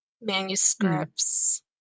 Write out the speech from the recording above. manuscripts